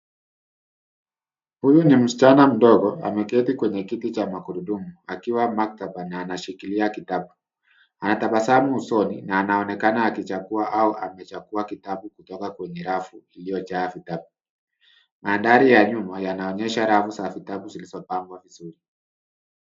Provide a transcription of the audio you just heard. Huyu ni msichana mdogo ameketi kwenye kiti cha magurudumu, akiwa maktaba na anashikilia kitabu. Anatabasamu usoni na anaonekana akichagua au amechagua kitabu kutoka kwenye rafu iliyojaa vitabu. Mandhari ya nyuma yanaonyesha rafu za vitabu zilizopangwa vizuri.